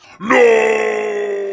No